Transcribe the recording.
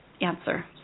answer